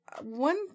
one